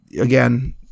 Again